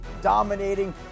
dominating